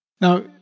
Now